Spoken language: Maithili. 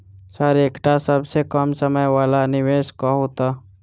सर एकटा सबसँ कम समय वला निवेश कहु तऽ?